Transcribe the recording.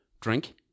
drink